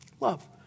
Love